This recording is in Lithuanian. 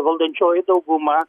valdančioji dauguma